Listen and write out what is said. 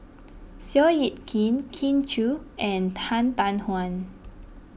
Seow Yit Kin Kin Chui and Han Tan Juan